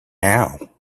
now